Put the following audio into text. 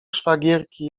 szwagierki